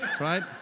right